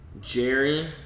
Jerry